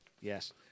Yes